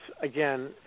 again